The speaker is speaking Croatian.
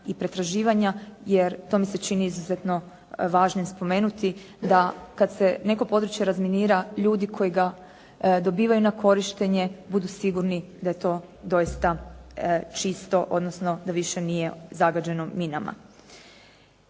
i pretraživanja, jer to mi se čini izuzetno važnim spomenuti da kad se neko područje razminira ljudi koji ga dobivaju na korištenje budu sigurni da je to doista čisto, odnosno da više nije zagađeno minama.